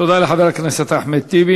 תודה לחבר הכנסת אחמד טיבי.